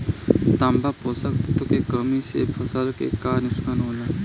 तांबा पोषक तत्व के कमी से फसल के का नुकसान होला?